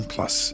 Plus